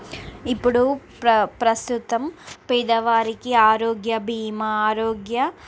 ఇప్పుడు ప్ర ప్రస్తుతం పేదవారికి ఆరోగ్య బీమా ఆరోగ్య